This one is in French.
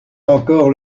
encore